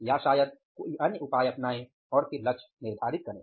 या शायद कोई अन्य उपाय अपनाएं और फिर लक्ष्य निर्धारित करें